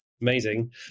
Amazing